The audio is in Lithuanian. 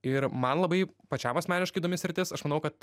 ir man labai pačiam asmeniškai įdomi sritis aš manau kad